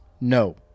No